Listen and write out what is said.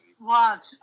Watch